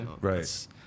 Right